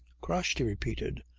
crushed! he repeated.